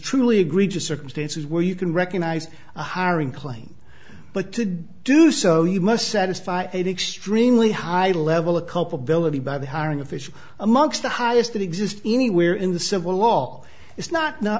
truly egregious circumstances where you can recognize a hiring claim but to do so you must satisfy an extremely high level of culpability by the hiring official amongst the highest that exist anywhere in the civil law it's not eno